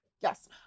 Yes